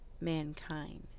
mankind